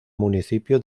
municipio